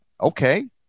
Okay